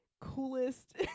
coolest